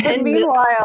Meanwhile